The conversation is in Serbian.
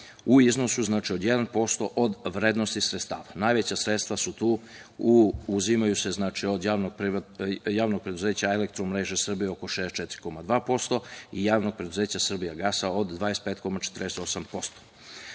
u iznosu od 1% od vrednosti sredstava. Najveća sredstva su tu, uzimaju se od javnog preduzeća „Elektromreža Srbije“ oko 64,2% i javnog preduzeća „Srbija gasa“ od